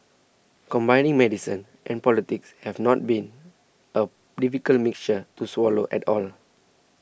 combining medicine and politics have not been a difficult mixture to swallow at all